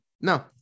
no